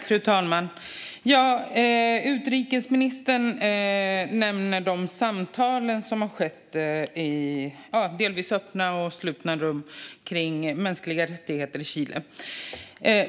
Fru talman! Utrikesministern nämner de delvis öppna och slutna samtal som man har haft om mänskliga rättigheter i Chile.